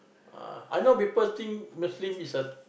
ah I know people think Muslim is a